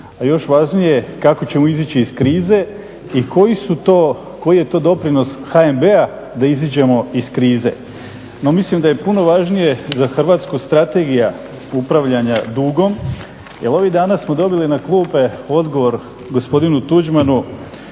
a još važnije kako ćemo izaći iz krize i koji je to doprinos HNB-a da izađemo iz krize. No mislim da je puno važnije za Hrvatsku strategija upravljanja dugom jer ovih dana smo dobili na klupe odgovor gospodinu Tuđmanu